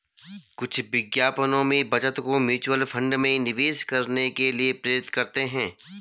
कुछ विज्ञापनों में बचत को म्यूचुअल फंड में निवेश करने के लिए प्रेरित करते हैं